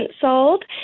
sold